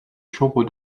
chambre